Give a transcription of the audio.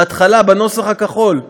בהתחלה, בנוסח הכחול.